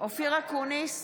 אופיר אקוניס,